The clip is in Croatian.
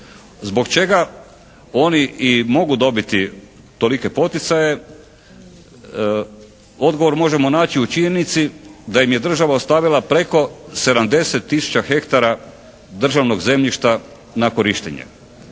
Zbog čega oni i mogu dobiti tolike poticaje? Odgovor možemo naći u činjenici da im je država ostavila preko 70 tisuća hektara državnog zemljišta na korištenje.